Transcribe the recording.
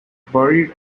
buried